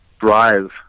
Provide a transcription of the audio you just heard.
drive